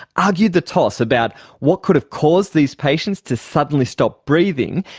argued the toss about what could have caused these patients to suddenly stop breathing,